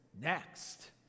next